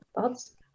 thoughts